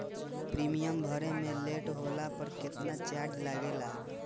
Premium भरे मे late होला पर केतना चार्ज लागेला?